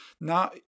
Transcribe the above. now